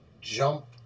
jump